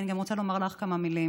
כי אני רוצה לומר גם לך כמה מילים,